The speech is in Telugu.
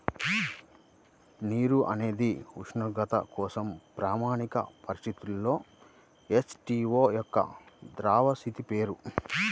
నీరు అనేది ఉష్ణోగ్రత కోసం ప్రామాణిక పరిస్థితులలో హెచ్.టు.ఓ యొక్క ద్రవ స్థితి పేరు